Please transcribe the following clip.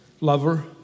Lover